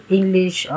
English